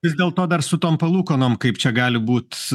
vis dėlto dar su tom palūkanom kaip čia gali būt